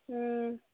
ꯎꯝ